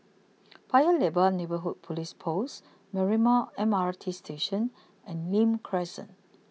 Paya Lebar Neighbourhood police post Marymount M R T Station and Nim Crescent